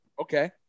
Okay